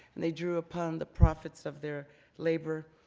and they drew upon the profits of their labor,